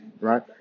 right